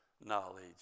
knowledge